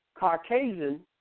Caucasian